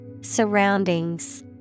Surroundings